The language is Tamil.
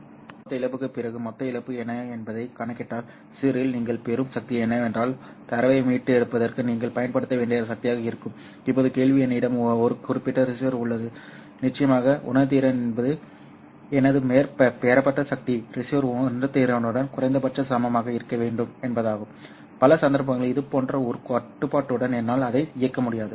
ஆக மொத்த இழப்புக்குப் பிறகு மொத்த இழப்பு என்ன என்பதைக் கணக்கிட்டால் ரிசீவரில் நீங்கள் பெறும் சக்தி என்னவென்றால் தரவை மீட்டெடுப்பதற்கு நீங்கள் பயன்படுத்த வேண்டிய சக்தியாக இருக்கும் இப்போது கேள்வி என்னிடம் ஒரு குறிப்பிட்ட ரிசீவர் உள்ளது நிச்சயமாக உணர்திறன் என்பது எனது பெறப்பட்ட சக்தி ரிசீவர் உணர்திறனுடன் குறைந்தபட்சம் சமமாக இருக்க வேண்டும் என்பதாகும் பல சந்தர்ப்பங்களில் இதுபோன்ற ஒரு கட்டுப்பாட்டுடன் என்னால் அதை இயக்க முடியாது